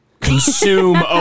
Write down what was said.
Consume